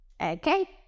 Okay